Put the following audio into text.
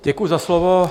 Děkuji za slovo.